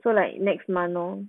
so like next month lor